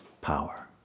power